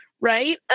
right